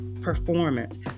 performance